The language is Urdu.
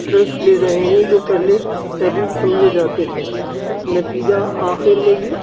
انٹرسٹ لے رہے ہیں جو پہلے ٹیبو سمجھے جاتے تھے نتیجہ آخر میں یہ